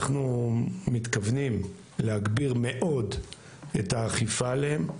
אנחנו מתכוונים להגביר מאוד את האכיפה עליהם,